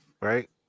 right